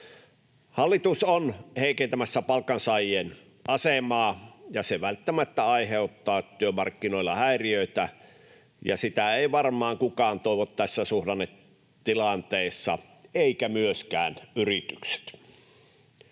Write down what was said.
Hallitus on heikentämässä palkansaajien asemaa, ja se välttämättä aiheuttaa työmarkkinoilla häiriöitä, ja sitä ei varmaan kukaan toivo tässä suhdannetilanteessa, eivätkä myöskään yritykset.